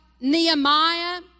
Nehemiah